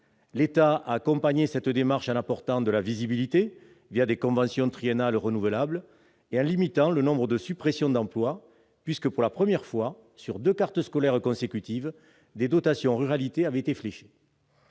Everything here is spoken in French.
L'État a accompagné cette démarche en apportant de la visibilité, des conventions triennales renouvelables, et en limitant le nombre de suppressions d'emploi, puisque pour la première fois, sur deux cartes scolaires consécutives, des dotations « ruralité » avaient été fléchées.